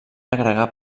agregar